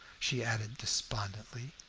she added despondently.